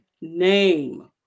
name